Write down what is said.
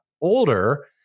older